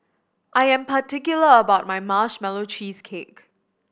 I am particular about my Marshmallow Cheesecake